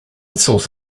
source